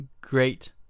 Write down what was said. great